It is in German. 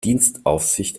dienstaufsicht